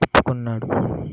ఒప్పుకున్నాడు